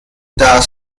das